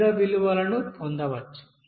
వివిధ విలువలను పొందవచ్చు